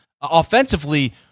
offensively